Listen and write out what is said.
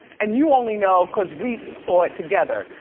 and you only know cause we saw it together.